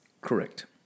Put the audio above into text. Correct